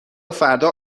فردا